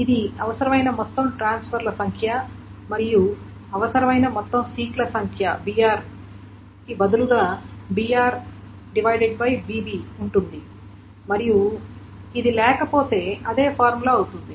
ఇది అవసరమైన మొత్తం ట్రాన్స్ఫర్ల సంఖ్య మరియు అవసరమైన మొత్తం సీక్ ల సంఖ్య br కి బదులుగా br bb ఉంటుంది మరియు ఇది లేకపోతే అదే ఫార్ములా అవుతుంది